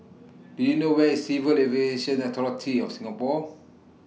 Do YOU know Where IS Civil Aviation Authority of Singapore